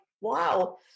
wow